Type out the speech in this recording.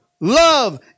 love